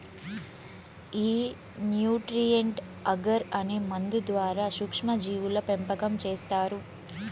ఈ nutrient agar అనే మందు ద్వారా సూక్ష్మ జీవుల పెంపకం చేస్తారు